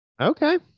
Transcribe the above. okay